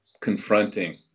confronting